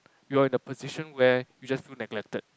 you are in a position where you just feel neglected